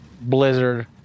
blizzard